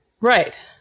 Right